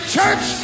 Church